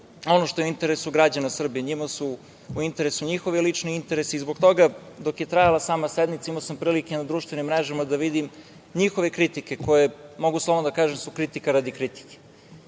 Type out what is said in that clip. ono što je u interesu građana Srbije. Njima su u interesu njihovi lični interesi i zbog toga dok je trajala sama sednica imao sam prilike na društvenim mrežama da vidim njihove kritike koje, mogu slobodno da kažem, su kritika radi kritike. Govore